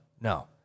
no